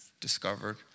discovered